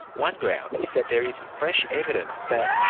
one ground is that there is fresh evidence that,